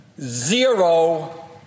zero